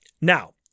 now